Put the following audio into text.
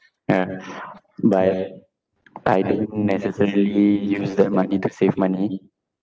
uh but I don't necessarily use that money to save money